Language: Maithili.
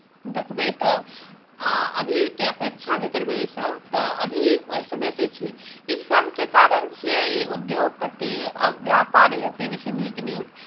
देखबै तऽ आ अभीके अपेक्षा जे करबै ओहिसँ तऽ अभी ओहिसँ बेसी छै ई सभके कारण छियै ई उद्योगपति आ व्यापारी जतेक भी छै नीक नीक